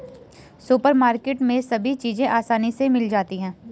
supermarket में सभी चीज़ें आसानी से मिल जाती है